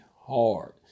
hard